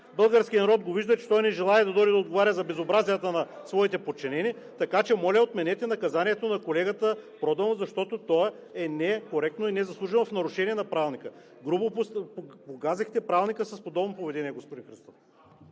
Българският народ вижда, че той не желае да дойде и да отговаря за безобразията на своите подчинени, така че, моля, отменете наказанието на колегата Проданов, защото то е некоректно и незаслужено и е в нарушение на Правилника. Грубо погазихте Правилника с подобно поведение, господин Христов.